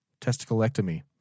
Testiclectomy